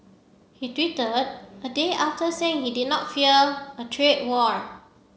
he tweeted a day after saying he did not fear a trade war